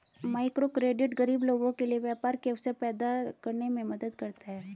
microcredit गरीब लोगों के लिए व्यापार के अवसर पैदा करने में मदद करता है